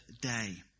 day